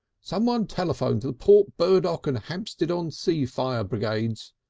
someone telephone to the port burdock and hampstead-on-sea fire brigades,